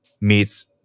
meets